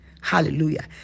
Hallelujah